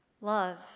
Love